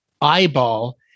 eyeball